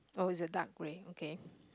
oh is a dark grey okay